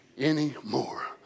anymore